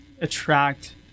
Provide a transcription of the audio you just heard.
attract